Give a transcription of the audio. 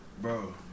Bro